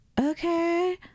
Okay